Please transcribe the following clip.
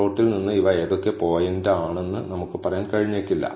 പ്ലോട്ടിൽ നിന്ന് ഇവ ഏതൊക്കെ പോയിന്റാണെന്ന് നമുക്ക് പറയാൻ കഴിഞ്ഞേക്കില്ല